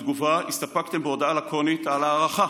הסתפק בתגובה בהודעה לקונית על הארכה